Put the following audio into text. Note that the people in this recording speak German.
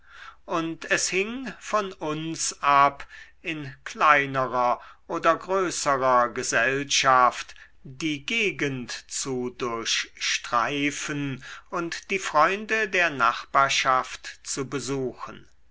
und es hing von uns ab in kleinerer oder größerer gesellschaft die gegend zu durchstreifen und die freunde der nachbarschaft zu besuchen